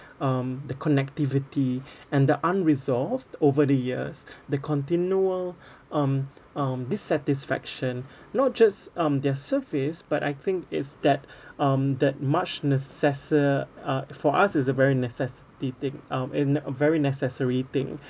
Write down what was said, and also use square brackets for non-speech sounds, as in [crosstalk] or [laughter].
um the connectivity [breath] and the unresolved over the years [breath] the continual um um dissatisfaction [breath] not just um their surface but I think is that [breath] um that much necessa~ uh for us is a very necessitating um in a very necessary thing